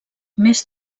més